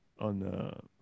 on